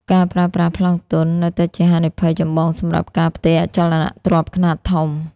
ការប្រើប្រាស់ "ប្លង់ទន់" នៅតែជាហានិភ័យចម្បងសម្រាប់ការផ្ទេរអចលនទ្រព្យខ្នាតធំ។